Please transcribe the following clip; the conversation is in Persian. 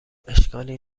اشکالی